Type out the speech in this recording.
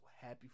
happy